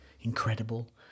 Incredible